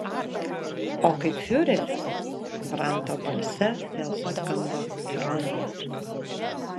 o kaip fiureris branto balse vėl suskambo ironija